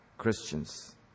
Christians